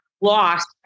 lost